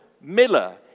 Miller